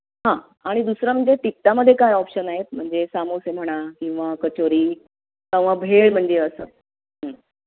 हां आणि दुसरं म्हणजे तिखटामध्ये काय ऑप्शन आहेत म्हणजे समोसे म्हणा किंवा कचोरी कावा भेळ म्हणजे असं